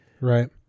right